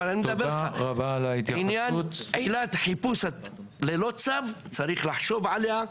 אבל אני מדבר על עניין עילת חיפוש ללא צו צריך לחשוב עליה,